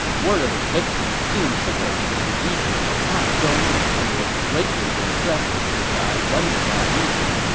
word of his victory soon trickled into the region of hanzhong and was greatly distressing to the guy running that region,